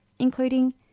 including